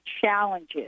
challenges